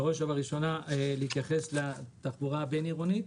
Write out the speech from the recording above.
ובראש ובראשונה להתייחס לתחבורה הבין-עירונית.